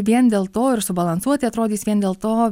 vien dėl to ir subalansuoti atrodys vien dėl to